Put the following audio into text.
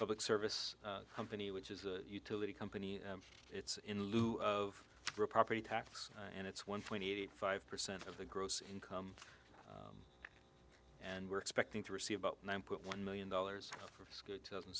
public service company which is a utility company it's in lieu of property tax and it's one point eight five percent of the gross income and we're expecting to receive about nine point one million dollars